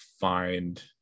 find